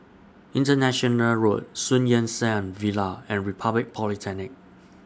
International Road Sun Yat Sen Villa and Republic Polytechnic